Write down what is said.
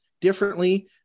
differently